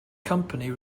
company